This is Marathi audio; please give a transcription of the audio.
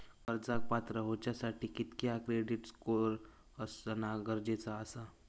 कर्जाक पात्र होवच्यासाठी कितक्या क्रेडिट स्कोअर असणा गरजेचा आसा?